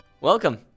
Welcome